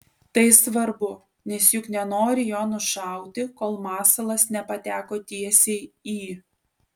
tai svarbu nes juk nenori jo nušauti kol masalas nepateko tiesiai į